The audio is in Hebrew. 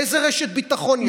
איזו רשת ביטחון יש לו?